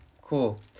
Cool